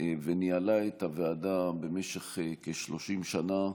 וניהלה את הוועדה במשך כ-30 שנה.